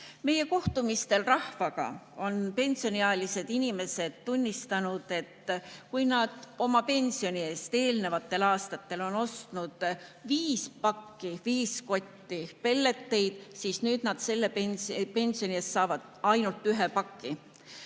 Meie kohtumistel rahvaga on pensioniealised inimesed tunnistanud, et kui nad oma pensioni eest eelnevatel aastatel on ostnud viis kotti või pakki pelleteid, siis nüüd nad saavad pensioni eest ainult ühe paki.